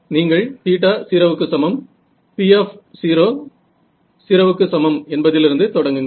நீங்கள் θ 0 P 0 என்பதிலிருந்து தொடங்குங்கள்